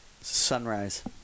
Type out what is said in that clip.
Sunrise